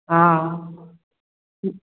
हँ